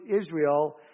Israel